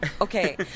Okay